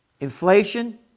Inflation